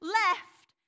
left